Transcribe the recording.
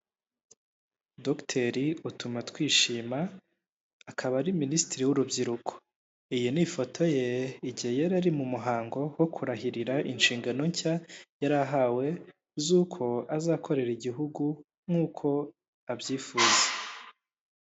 Dogiteri utuma twishima akaba ari minisitiri w'urubyiruko, iyi ni ifoto ye igihe yari ari mu muhango wo kurahirira inshingano nshya yari ahawe z'uko azakorera igihugu nk'uko abyifuza.